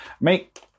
Make